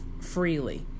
freely